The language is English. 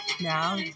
now